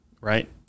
right